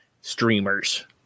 streamers